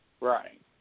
Right